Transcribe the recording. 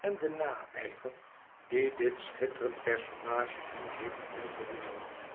en de naijver die dit schitterend personage hem heeft ingeboezemd